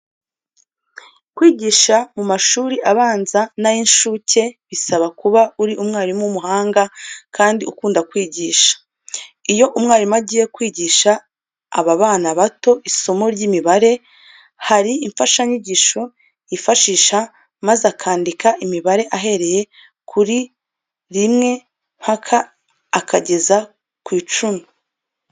Kwigisha mu mashuri abanza n'ay'inshuke bisaba kuba uri umwarimu w'umuhanga kandi ukunda kwigisha. Iyo umwarimu agiye kwigisha aba bana bato isomo ry'imibare, hari imfashanyigisho yifashisha maze akandika imibare ahereye kuri rimwe mpaka akageza ku icumi.